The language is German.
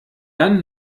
dann